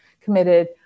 committed